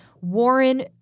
Warren